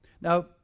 Now